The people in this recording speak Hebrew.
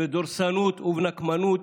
דורסנות ונקמנות,